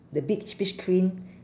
the beach beach queen